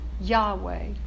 Yahweh